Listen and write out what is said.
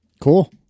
cool